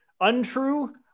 untrue